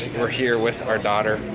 we're here with our daughter.